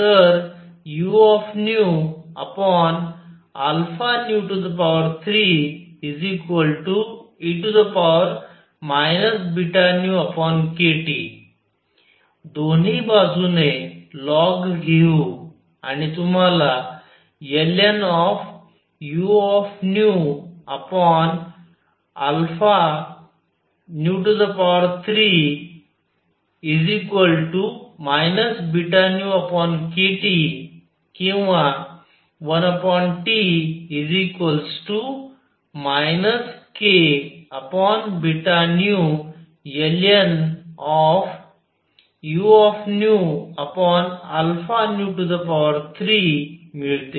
तर u3e βνkT दोन्ही बाजूने लॉग घेऊ आणि तुम्हाला ln⁡ βνkT किंवा 1T kβνln⁡मिळते